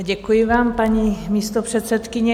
Děkuji vám, paní místopředsedkyně.